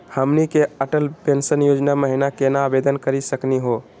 हमनी के अटल पेंसन योजना महिना केना आवेदन करे सकनी हो?